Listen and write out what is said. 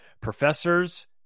professors